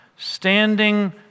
Standing